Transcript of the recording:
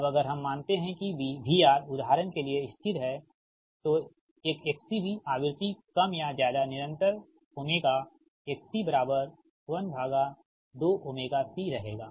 अब अगर हम मानते हैं कि VR उदाहरण के लिए स्थिर है तो एक XC भी आवृत्ति कम या ज्यादा निरंतर ओमेगा Xc 1 2𝜔C रहेगा